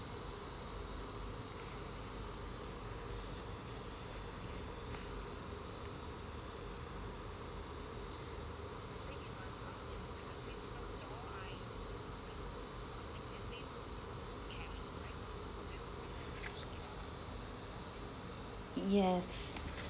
yes